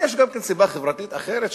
יש גם סיבה חברתית אחרת,